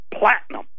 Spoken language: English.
platinum